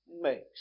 makes